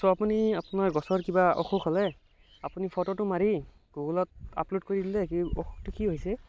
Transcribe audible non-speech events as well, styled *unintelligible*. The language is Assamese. ত আপুনি *unintelligible* কিবা অসুখ হ'লে আপুনি ফটোটো মাৰি গুগুলত আপলোড কৰি দিলে অসুখটো কি হৈছে